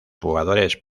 jugadores